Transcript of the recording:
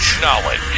knowledge